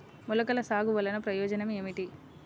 మొలకల సాగు వలన ప్రయోజనం ఏమిటీ?